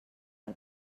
del